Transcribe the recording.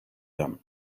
them